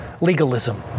legalism